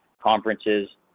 conferences